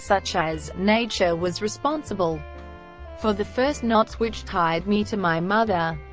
such as nature was responsible for the first knots which tied me to my mother.